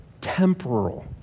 temporal